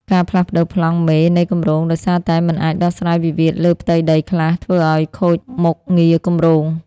ការផ្លាស់ប្តូរប្លង់មេនៃគម្រោងដោយសារតែមិនអាចដោះស្រាយវិវាទលើផ្ទៃដីខ្លះ ធ្វើឱ្យខូចមុខងារគម្រោង។